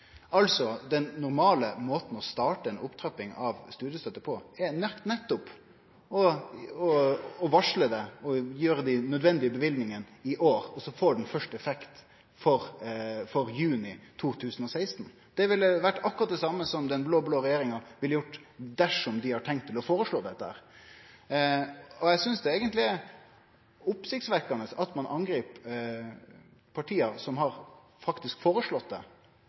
Altså: Dersom vi vedtar det no, vil det få effekt for 2016, den ellevte månaden, som da avsluttar studieåret. Den normale måten å starte ei opptrapping av studiestøtta på er nettopp å varsle det og gjere dei nødvendige løyvingane i år, og så får det først effekt for juni 2016. Det ville vore akkurat det same som den blå-blå regjeringa ville gjort dersom dei hadde tenkt å føreslå dette. Eg synest eigentleg det er oppsiktsvekkjande at ein angrip parti som faktisk har